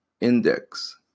Index